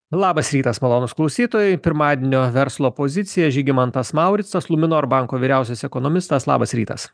labas rytas malonūs klausytojai pirmadienio verslo pozicija žygimantas mauricas luminor banko vyriausias ekonomistas labas rytas